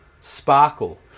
sparkle